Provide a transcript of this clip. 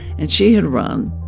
and she had run.